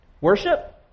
Worship